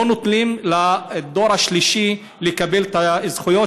לא נותנים לדור השלישי לקבל את הזכויות